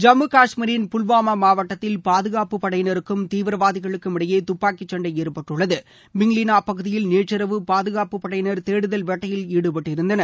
ஜம்மு காஷ்மீரின் புல்வாமா மாவட்டத்தில் பாதுகாப்பு படையினருக்கும் தீவிரவாதிகளுக்கும் இடையே துப்பாக்கிச் சண்டை ஏற்பட்டுள்ளது பிங்லீனா பகுதியில் நேற்றிரவு பாதுகாப்புப் படையினர் தேடுதல் வேட்டையில் ஈடுபட்டிருந்தனர்